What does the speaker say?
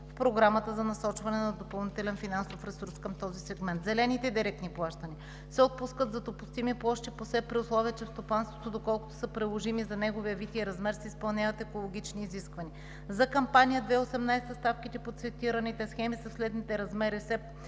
в Програмата за насочване на допълнителен финансов ресурс към този сегмент. Зелените директни плащания се отпускат за допустими площи по СЕПП, при условие че в стопанството, доколкото са приложими за неговия вид и размер, се изпълняват екологични изисквания. За кампания 2018 г. ставките по цитираните схеми са в следните размери: СЕПП